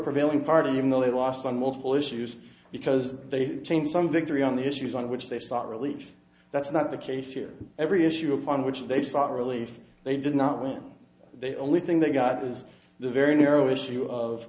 prevailing party even though they lost on multiple issues because they changed some victory on the issues on which they start relief that's not the case here every issue upon which they start relief they did not mean they only thing they got is the very narrow issue of